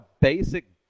basic